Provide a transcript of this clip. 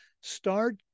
Start